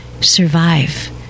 Survive